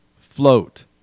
float